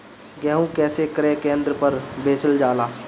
गेहू कैसे क्रय केन्द्र पर बेचल जाला?